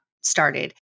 started